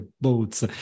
boats